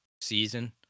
season